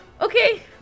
Okay